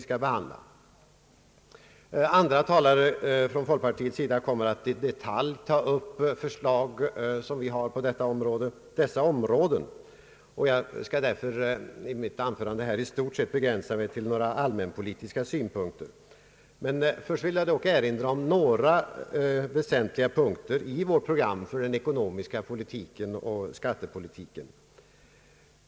Andra talare från folkpartiet kommer att i detalj gå in på våra förslag på dessa områden. Jag skall därför i mitt anförande i stort sett begränsa mig till några allmänpolitiska synpunkters Till att börja med vill jag dock erinra om några väsentliga punkter i vårt program för den ekonomiska politiken och skattepolitiken.